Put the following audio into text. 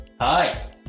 Hi